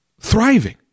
thriving